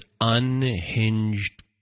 Unhinged